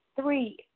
Three